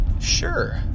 Sure